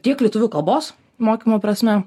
tiek lietuvių kalbos mokymo prasme